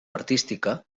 artística